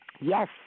Yes